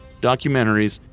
documentaries,